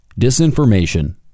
disinformation